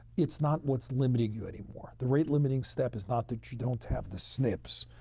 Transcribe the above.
it's not what's limiting you anymore. the rate limiting step is not that you don't have the snps.